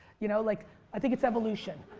you know like i think it's evolution.